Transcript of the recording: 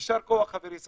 יישר כוח, חברי סעיד.